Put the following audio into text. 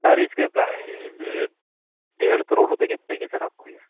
سر اس کے پرائس ڈیڑھ کروڑ روپے کی پڑے گی سر آپ کو یہ